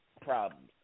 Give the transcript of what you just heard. problems